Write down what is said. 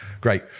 Great